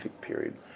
period